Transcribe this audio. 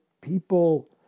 people